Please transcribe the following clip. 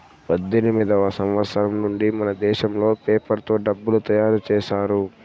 పద్దెనిమిదివ సంవచ్చరం నుండి మనదేశంలో పేపర్ తో డబ్బులు తయారు చేశారు